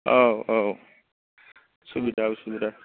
औ औ सुबिदा सुबिदा